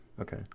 Okay